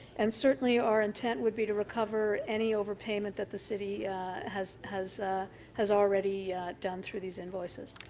and certainly our intent would be to recover any overpayment that the city has has has already done through these invoices.